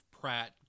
Pratt